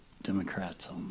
Democrats